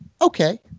okay